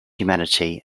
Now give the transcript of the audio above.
humanity